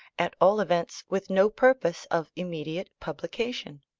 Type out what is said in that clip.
at all events with no purpose of immediate publication.